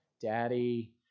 daddy